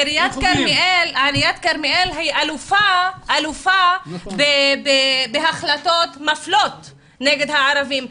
עיריית כרמיאל אלופה בהחלטות מפלות נגד הערבים.